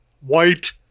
white